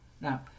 Now